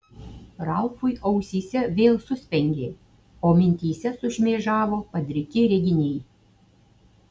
ralfui ausyse vėl suspengė o mintyse sušmėžavo padriki reginiai